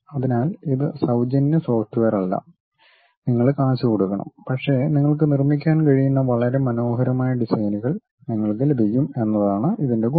അതിനാൽ ഇത് സൌജന്യ സോഫ്റ്റ്വെയറല്ല നിങ്ങളു കാശു കൊടുക്കണം പക്ഷെ നിങ്ങൾക്ക് നിർമ്മിക്കാൻ കഴിയുന്ന വളരെ മനോഹരമായ ഡിസൈനുകൾ നിങ്ങൾക്ക് ലഭിക്കും എന്നതാണ് ഇതിന്റെ ഗുണം